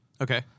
Okay